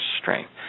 strength